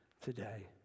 today